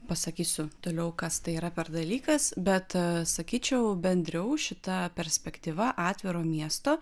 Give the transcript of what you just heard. pasakysiu toliau kas tai yra per dalykas bet sakyčiau bendriau šita perspektyva atviro miesto